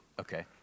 Okay